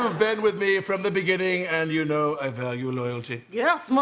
ah bed with me from the beginning. and you know i value loyalty. yeah most